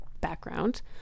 background